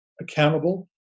accountable